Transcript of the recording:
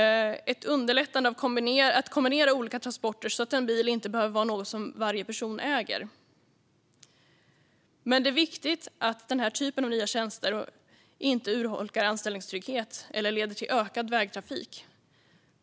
Ett underlättande av att kombinera olika transporter så att en bil inte behöver vara något som varje person äger är bra, men det är viktigt att denna typ av nya tjänster inte urholkar anställningstryggheten eller leder till ökad vägtrafik.